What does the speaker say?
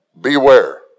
Beware